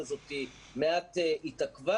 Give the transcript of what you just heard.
התעכבה.